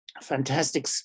fantastic